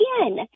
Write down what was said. again